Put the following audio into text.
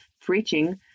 preaching